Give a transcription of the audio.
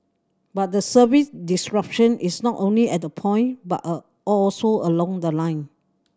but the service disruption is not only at the point but a also along the line